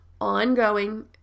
ongoing